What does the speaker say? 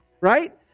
Right